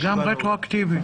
הישיבה